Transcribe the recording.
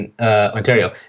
Ontario